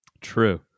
True